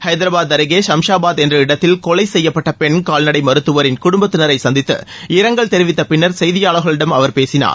ஹைதராபாத் அருகே சம்ஷாபாத் என்ற இடத்தில் கொலை செய்யப்பட்ட பெண் கால்நடை மருத்துவரின் குடும்பத்தினரை சந்தித்து இரங்கல் தெரிவித்தப்பின்னர் செய்தியாளர்களிடம் அவர் பேசினார்